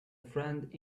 friend